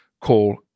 call